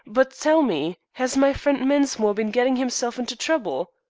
but tell me. has my friend mensmore been getting himself into trouble?